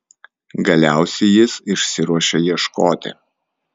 galiausiai jis išsiruošia ieškoti